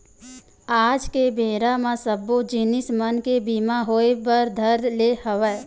आज के बेरा म सब्बो जिनिस मन के बीमा होय बर धर ले हवय